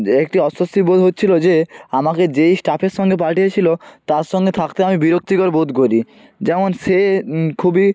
একটি অস্বস্তি বোধ হচ্ছিলো যে আমাকে যেই স্টাফের সঙ্গে পাঠিয়েছিলো তার সঙ্গে থাকতে আমি বিরক্তি বোধ করি যেমন সে খুবই